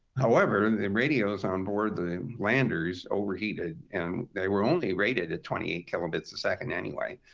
however, and the radios onboard the landers overheated. and they were only rated at twenty eight kilobits a second anyway.